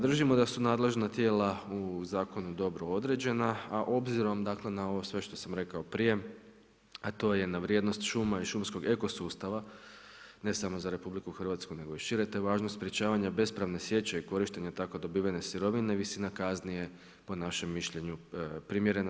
Držimo da su nadležna tijela u zakonu dobro određene, a obzirom dakle, na ovo sve što sam rekao prije, a to je da vrijednost šuma i šumskog eko sustava, ne samo za RH, nego šire, te važno sprječavanje bespravne siječe i korištene tako dobivene sirovine, visina kazne je po našem mišljenju primjerena.